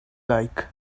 like